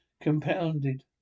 compounded